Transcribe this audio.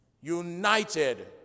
United